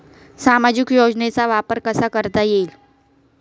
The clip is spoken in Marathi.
सामाजिक योजनेचा वापर कसा करता येईल?